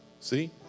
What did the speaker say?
See